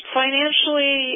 financially